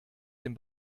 dem